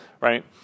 right